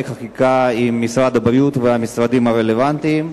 החקיקה עם משרד הבריאות ועם המשרדים הרלוונטיים,